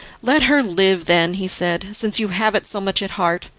let her live then, he said, since you have it so much at heart.